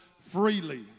freely